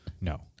No